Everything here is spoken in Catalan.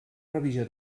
revisió